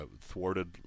thwarted